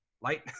Light